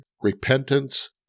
repentance